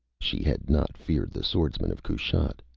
she had not feared the swordsmen of kushat.